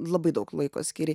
labai daug laiko skyrei